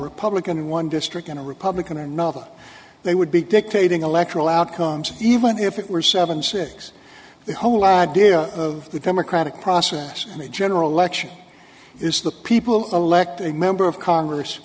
republican in one district and a republican or another they would be dictating electoral outcomes even if it were seven six the whole idea of the democratic process and the general election is the people elected a member of congress